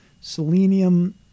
selenium